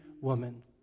woman